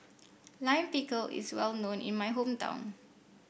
Lime Pickle is well known in my hometown